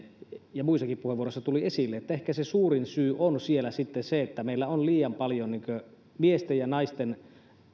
ja muissakin puheenvuoroissa tuli esille että ehkä suurin syy on siellä se että meillä on liian paljon miesten ja naisten